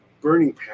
burning